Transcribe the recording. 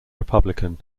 republican